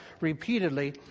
repeatedly